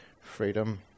freedom